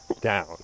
down